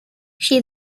she